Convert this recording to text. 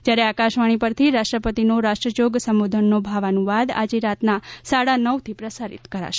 જ્યારે આકાશવાણી પરથી રાષ્ટ્રપતિના રાષ્ટ્રજોગ સંબોધનનો ભાવાનુવાદ આજે રાતના સાડા નવથી પ્રસારીત કરાશે